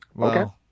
Okay